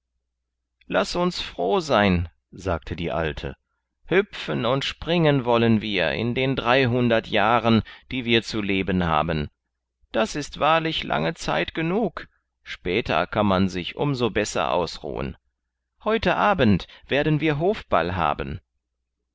laß uns froh sein sagte die alte hüpfen und springen wollen wir in den dreihundert jahren die wir zu leben haben das ist wahrlich lange zeit genug später kann man um so besser ausruhen heute abend werden wir hofball haben